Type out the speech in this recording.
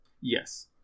Yes